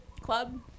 Club